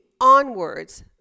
onwards